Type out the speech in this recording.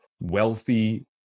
wealthy